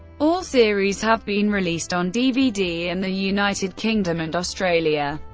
all series have been released on dvd in the united kingdom and australia,